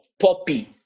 poppy